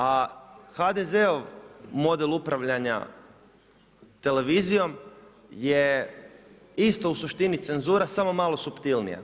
A HDZ-ov model upravljanja, televizijom, je isto u suštini cenzura, samo malo suptilnija.